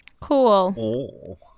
Cool